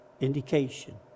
indication